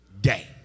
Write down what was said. day